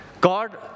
God